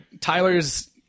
Tyler's